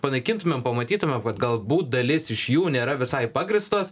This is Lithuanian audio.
panaikintumėm pamatytumėm kad galbūt dalis iš jų nėra visai pagrįstos